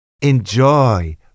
Enjoy